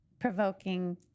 provoking